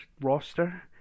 roster